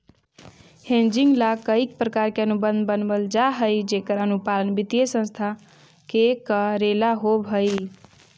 hedging ला कईक प्रकार के अनुबंध बनवल जा हई जेकर अनुपालन वित्तीय संस्था के कऽरेला होवऽ हई